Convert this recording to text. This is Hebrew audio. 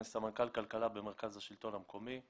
אני סמנכ"ל כלכלה במרכז השלטון המקומי.